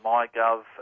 MyGov